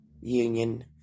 union